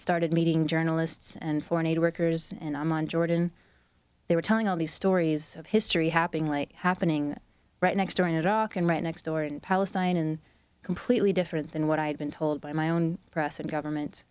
started meeting journalists and foreign aid workers and i'm on jordan they were telling all these stories of history happening like happening right next door in iraq and right next door in palestine and completely different than what i had been told by my own press and government